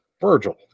Virgil